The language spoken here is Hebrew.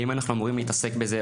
האם אנחנו אמורים להתעסק בזה,